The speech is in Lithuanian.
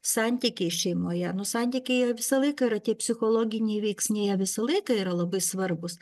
santykiai šeimoje nu santykiai jie visą laiką yra tie psichologiniai veiksniai visą laiką yra labai svarbūs